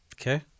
Okay